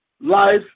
life